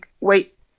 Wait